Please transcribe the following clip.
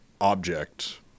object